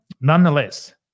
Nonetheless